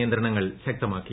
നിയന്ത്രണങ്ങൾ ശക്തമാക്കി